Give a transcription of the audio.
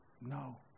no